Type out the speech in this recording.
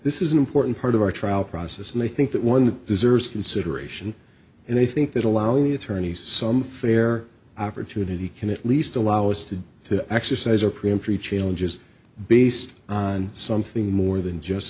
this is an important part of our trial process and i think that one deserves consideration and i think that allows the attorneys some fair opportunity can at least allow us to to exercise or preemptory challenges based on something more than just